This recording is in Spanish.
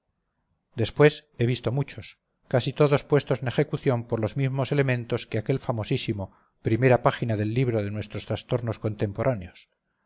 después he visto muchos casi todos puestos en ejecución con los mismos elementos que aquel famosísimo primera página del libro de nuestros trastornos contemporáneos